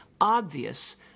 obvious